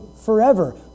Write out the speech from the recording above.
forever